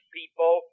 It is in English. people